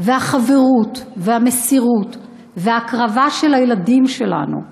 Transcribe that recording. והחברות והמסירות וההקרבה של הילדים שלנו,